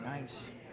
Nice